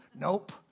nope